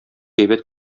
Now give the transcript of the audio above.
әйбәт